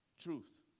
truth